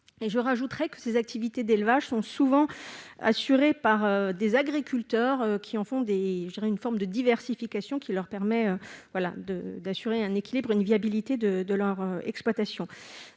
J'ajoute que ces activités d'élevage sont souvent assurées par des agriculteurs, qui en font une forme de diversification leur permettant d'assurer la viabilité de leur exploitation.